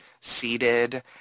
seated